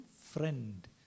friend